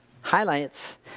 highlights